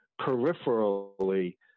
peripherally